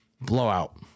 blowout